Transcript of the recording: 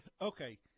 Okay